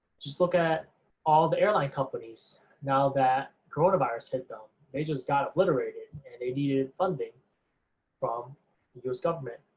just look at all the airline companies now that coronavirus hit them. they just got obliterated and they needed funding from the us government.